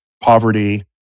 poverty